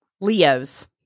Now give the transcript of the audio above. Leo's